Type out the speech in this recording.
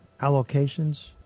allocations